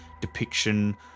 depiction